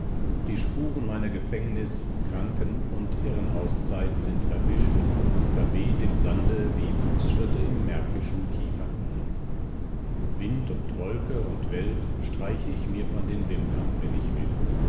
die spuren meiner gefängnis kranken und irrenhauszeit sind verwischt und verweht im sande wie fuchsschritte im märkischen kiefernwald wind und wolke und welt streiche ich mir von den wimpern wenn ich will